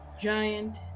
giant